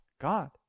God